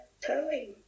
telling